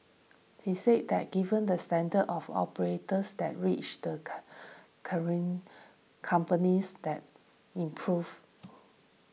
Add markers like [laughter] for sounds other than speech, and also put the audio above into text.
he said that given the standards of operators that reach the [unintelligible] companies that improve